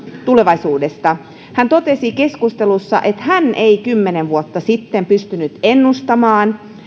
tulevaisuudesta hän totesi keskustelussa että hän ei kymmenen vuotta sitten pystynyt ennustamaan